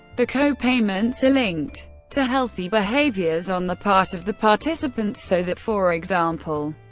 the co-payments are linked to healthy behaviors on the part of the participants, so that, for example,